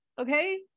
okay